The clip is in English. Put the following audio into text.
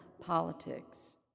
politics